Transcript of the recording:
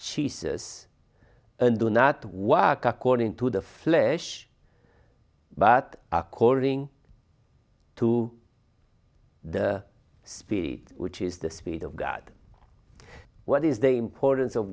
jesus and do not walk according to the flesh but according to the speed which is the speed of god what is the importance of